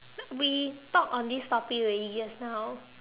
we talk on this topic already just now